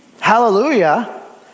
hallelujah